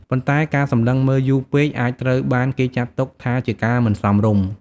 ប៉ុន្តែការសម្លឹងមើលយូរពេកអាចត្រូវបានគេចាត់ទុកថាជាការមិនសមរម្យ។